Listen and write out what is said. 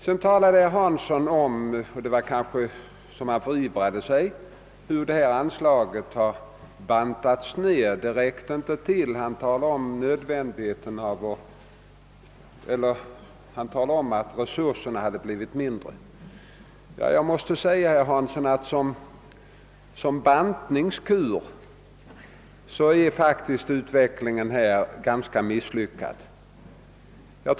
Herr Hansson i Skegrie sade sedan — han kanske förivrade sig — att detta anslag hade »bantats ned» och att resurserna blivit mindre. Som bantningskur är utvecklingen dock ganska misslyckad.